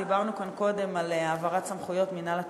דיברנו כאן קודם על העברת סמכויות מינהל התכנון,